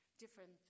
different